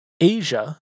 Asia